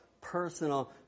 personal